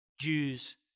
Jews